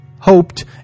hoped